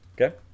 okay